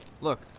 Look